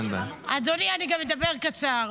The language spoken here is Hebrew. אדוני, אני אדבר בקצרה.